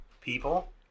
People